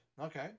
okay